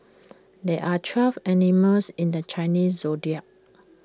there are twelve animals in the Chinese Zodiac